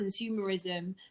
consumerism